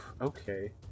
okay